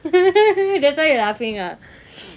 that's why you are laughing ah